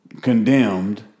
condemned